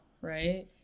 right